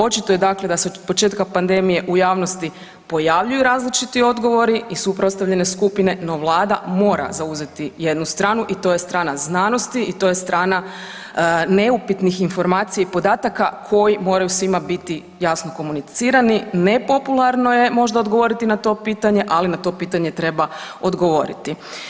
Očito je dakle da se od početka pandemije u javnosti pojavljuju različiti odgovori i suprotstavljane skupine no Vlada mora zauzeti jednu strana i to je strana znanosti i to je strana neupitnih informacija i podataka koji moraju svima biti jasno komunicirani, nepopularno je možda odgovoriti na to pitanje ali na to pitanje treba odgovoriti.